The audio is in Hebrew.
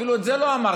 אפילו את זה לא אמרתי.